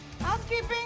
housekeeping